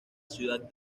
ciudad